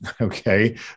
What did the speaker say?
okay